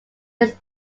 its